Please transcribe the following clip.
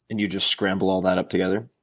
and you just scramble all that up together?